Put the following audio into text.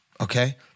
okay